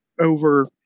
over